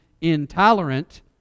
intolerant